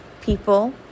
people